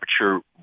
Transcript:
temperature